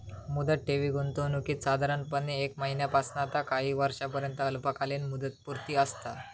मुदत ठेवी गुंतवणुकीत साधारणपणे एक महिन्यापासना ता काही वर्षांपर्यंत अल्पकालीन मुदतपूर्ती असता